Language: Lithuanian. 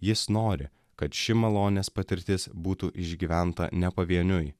jis nori kad ši malonės patirtis būtų išgyventa ne pavieniui